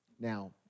now